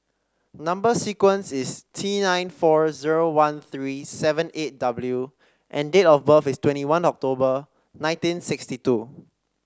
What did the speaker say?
number sequence is T nine four zero one three seven eight W and date of birth is twenty one October nineteen sixty two